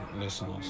listeners